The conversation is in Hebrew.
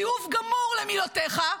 תיעוב גמור למילותיך,